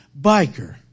biker